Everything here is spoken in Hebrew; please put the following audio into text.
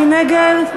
מי נגד?